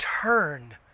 Turn